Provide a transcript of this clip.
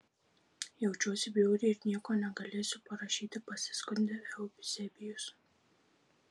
jaučiuosi bjauriai ir nieko negalėsiu parašyti pasiskundė euzebijus